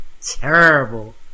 terrible